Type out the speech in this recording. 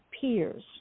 peers